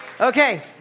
Okay